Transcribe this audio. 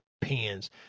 Pins